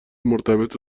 مرتبط